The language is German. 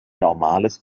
normales